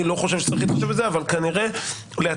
אני לא חושב שצריך להתחשב בזה אבל כנראה שלא היה פרק הזמן התאים